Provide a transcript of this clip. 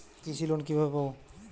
কৃষি লোন কিভাবে পাব?